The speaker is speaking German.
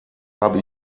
habe